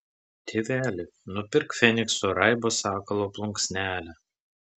tėveli nupirk fenikso raibo sakalo plunksnelę